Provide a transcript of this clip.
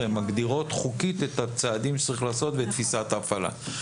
הן מגדירות חוקית את הצעדים שצריך לעשות בתפיסת ההפעלה.